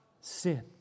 sin